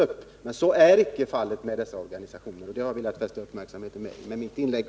Men 4 april 1979 så är inte fallet med dessa organisationer, och det har jag velat fästa uppmärksamheten på med mitt inlägg.